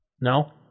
No